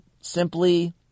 simply